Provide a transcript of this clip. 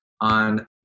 on